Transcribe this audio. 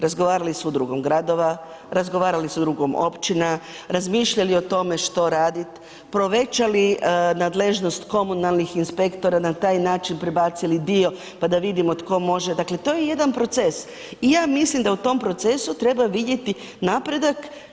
Razgovarali s udrugom gradova, razgovarali s udrugom općina, razmišljali o tome što radit, povećali nadležnost komunalnih inspektora, na taj način prebacili dio pa da vidimo tko može, dakle to je jedan proces i ja mislim da u tom procesu treba vidjeti napredak.